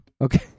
Okay